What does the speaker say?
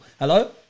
Hello